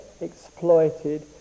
exploited